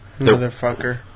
Motherfucker